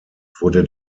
wurde